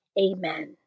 Amen